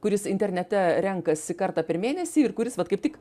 kuris internete renkasi kartą per mėnesį ir kuris vat kaip tik